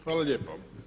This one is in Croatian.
Hvala lijepo.